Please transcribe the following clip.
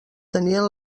tenien